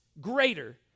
greater